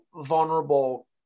vulnerable